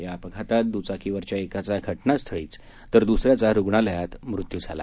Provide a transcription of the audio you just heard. या अपघातात द्चाकीवरच्या एकाचा घटनास्थळीच तर दुसऱ्याचा रुग्णालयात मृत्यू झाला